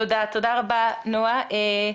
תודה רבה, נועה.